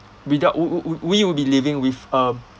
without w~ w~ w~ we will be living with um